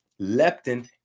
Leptin